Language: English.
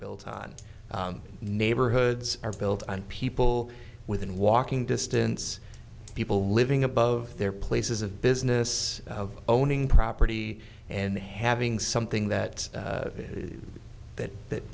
built on neighborhoods are built and people within walking distance of people living above their places of business of owning property and having something that that that